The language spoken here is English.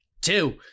two